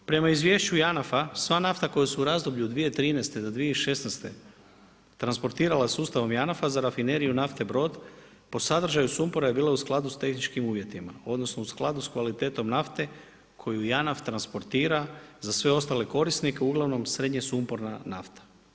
Prema izvješću JANAF-a, sva nafta koja se u razdoblju od 2013 do 2016. transportirala sustavom JANAF-a za rafineriju nafte Brod, po sadržaju sumpora je bila u skladu s tehničkim uvjetima odnosno u skladu sa kvalitetom nafte koju JANAF transportira za sve ostale korisnike, uglavnom srednje sumporna nafta.